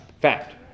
fact